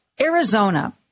Arizona